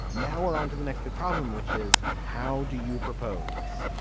now we're onto the next big problem, which is how do you propose?